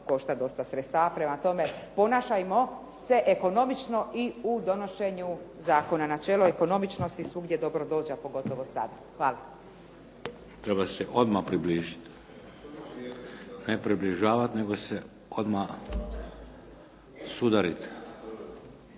košta dosta sredstava. Prema tome, ponašajmo se ekonomično i u donošenju zakona. Načelo ekonomičnosti svugdje dobro dođe a pogotovo sada. Hvala. **Šeks, Vladimir (HDZ)** Treba se odmah približiti, ne približavati nego se odmah sudariti.